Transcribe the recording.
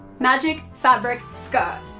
magic fabric skirt.